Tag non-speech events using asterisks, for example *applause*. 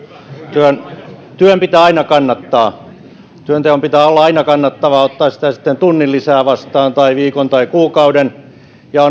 työn työn pitää aina kannattaa työnteon pitää olla aina kannattavaa ottaa sitä sitten tunnin lisää vastaan tai viikon tai kuukauden ja *unintelligible*